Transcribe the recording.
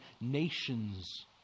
Nations